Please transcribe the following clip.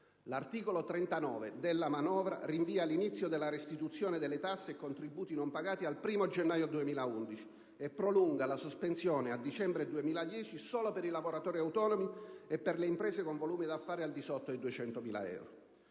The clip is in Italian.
L'articolo 39 della manovra rinvia l'inizio della restituzione delle tasse e contributi non pagati al 1° gennaio 2011 e prolunga la sospensione a dicembre 2010 solo per i lavoratori autonomi e per le imprese con volume d'affari al di sotto dei 200.000 euro.